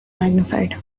magnified